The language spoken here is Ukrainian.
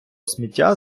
сміття